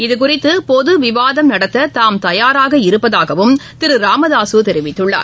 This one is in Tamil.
இதுகுறித்துபொதுவிவாதம் நடத்ததாம் தயாராக இருப்பதாகவும் திருராமதாசுதெரிவித்துள்ளார்